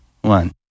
one